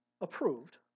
approved